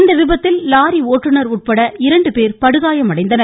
இந்த விபத்தில் லாரி ஓட்டுநர் உட்பட இரண்டு பேர் படுகாயமடைந்தனர்